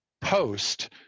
post